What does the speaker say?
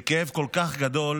זה כאב כל כך גדול,